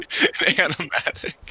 animatic